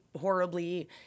horribly